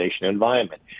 environment